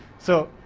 so,